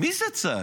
מי זה צה"ל?